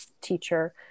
teacher